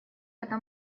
это